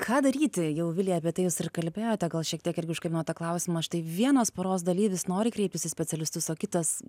ką daryti jau vilija apie tai jūs kalbėjote gal šiek tiek irgi užkabinot tą klausimą štai vienos poros dalyvis nori kreiptis į specialistus o kitas